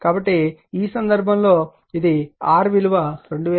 కాబట్టి ఈ సందర్భంలో ఇది R విలువ 2000 ఆంపియర్ టర్న్స్